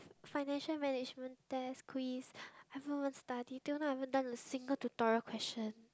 financial management test quiz I don't even study do you know I haven't done a single tutorial question